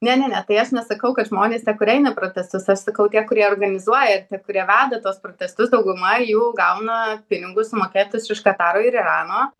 ne ne ne tai aš nesakau kad žmonės tie kurie eina į protestus aš sakau tie kurie organizuoja tie kurie veda tuos protestus dauguma jų gauna pinigus sumokėtus iš kataro ir irano